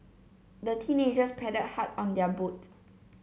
the teenagers paddled hard on their boat